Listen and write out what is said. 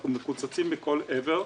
אנחנו מקוצצים מכל עבר.